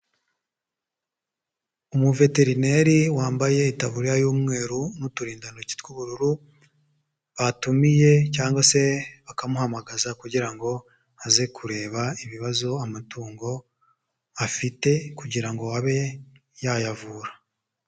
Umuveterineri wambaye itaburiya y'umweru n'uturindantoki tw'ubururu, batumiye cyangwa se bakamuhamagaza kugira ngo aze kureba ibibazo amatungo afite kugira ngo abe yayavura.